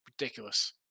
Ridiculous